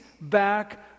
back